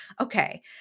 Okay